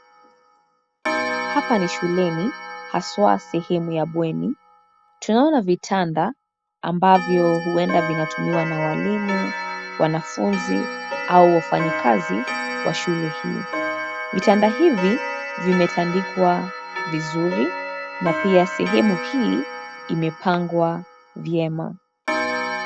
Hapa ni shuleni haswa sehemu ya bweni. Tunaona vitanda ambavyo huenda vinatumiwa na walimu, wanafunzi, au wafanyikazi wa shule hii. Vitanda hivi vimetandikwa vizuri na pia sehemu hii imepangwa vyema.